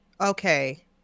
okay